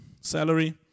salary